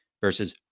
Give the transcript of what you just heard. versus